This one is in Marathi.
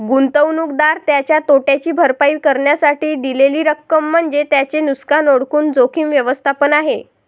गुंतवणूकदार त्याच्या तोट्याची भरपाई करण्यासाठी दिलेली रक्कम म्हणजे त्याचे नुकसान ओळखून जोखीम व्यवस्थापन आहे